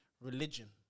religion